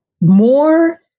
more